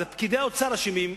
פקידי האוצר אשמים,